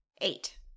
Eight